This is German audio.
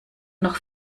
noch